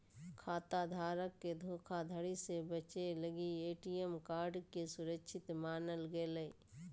खाता धारक के धोखाधड़ी से बचे लगी ए.टी.एम कार्ड के सुरक्षित मानल गेलय